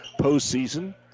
postseason